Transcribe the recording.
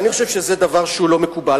ואני חושב שזה דבר שהוא לא מקובל.